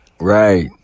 right